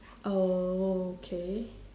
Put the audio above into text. oh okay